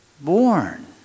born